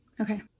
Okay